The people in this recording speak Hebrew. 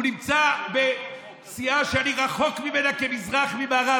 הוא נמצא בסיעה שאני רחוק ממנה כמזרח ממערב.